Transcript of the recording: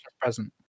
Present